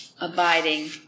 abiding